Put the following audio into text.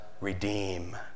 redeem